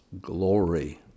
glory